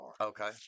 Okay